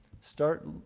start